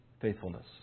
faithfulness